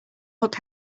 look